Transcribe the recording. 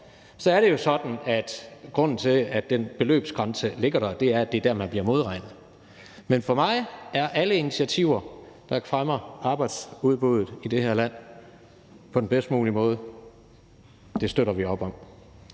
er det jo sådan, at grunden til, at den beløbsgrænse ligget der, er, at det er der, man bliver modregnet. Vi støtter op om alle initiativer, der fremmer arbejdsudbuddet i det her land på den bedst mulige måde. Kl. 12:46 Anden